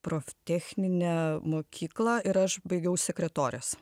proftechninę mokyklą ir aš baigiau sekretorės